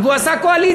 והוא עשה קואליציה,